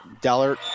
Dellert